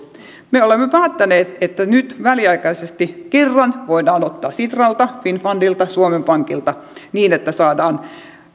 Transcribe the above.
me olemme päättäneet että nyt väliaikaisesti kerran voidaan ottaa sitralta finnfundilta suomen pankilta niin että saadaan